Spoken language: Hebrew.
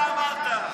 אתה אמרת.